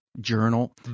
journal